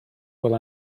will